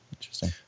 interesting